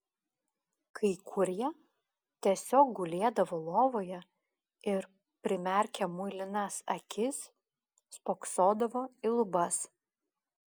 kai kurie tiesiog gulėdavo lovoje ir primerkę muilinas akis spoksodavo į lubas